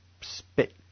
spit